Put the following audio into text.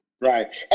Right